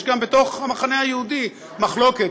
יש גם בתוך המחנה היהודי מחלוקת.